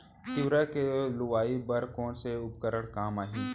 तिंवरा के लुआई बर कोन से उपकरण काम आही?